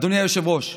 אדוני היושב-ראש,